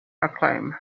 acclaim